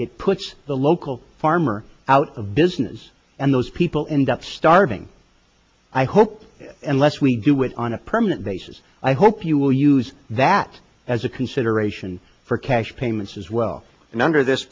it puts the local farmer out of business and those people end up starving i hope and less we do it on a permanent basis i hope you will use that as a consideration for cash payments as well and under this